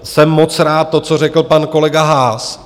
Jsem moc rád, to, co řekl pan kolega Haas.